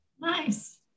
Nice